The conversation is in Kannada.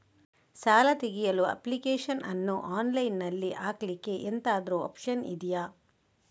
ಸಾಲ ತೆಗಿಯಲು ಅಪ್ಲಿಕೇಶನ್ ಅನ್ನು ಆನ್ಲೈನ್ ಅಲ್ಲಿ ಹಾಕ್ಲಿಕ್ಕೆ ಎಂತಾದ್ರೂ ಒಪ್ಶನ್ ಇದ್ಯಾ?